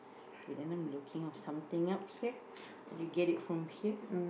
we end up looking off something up here or do you get it from here